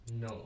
No